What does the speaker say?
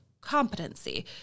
competency